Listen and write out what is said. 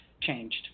changed